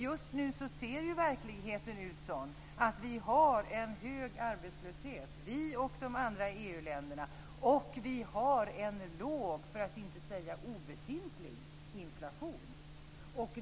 Just nu ser verkligheten sådan ut att vi har en hög arbetslöshet - vi och de andra EU länderna - och en låg, för att inte säga obefintlig, inflation.